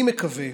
אני מקווה